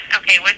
okay